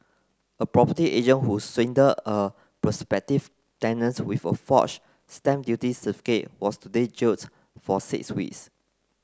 a property agent who swindled a prospective tenant with a forged stamp duty certificate was today jailed for six weeks